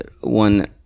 one